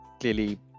clearly